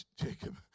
Jacob